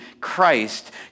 Christ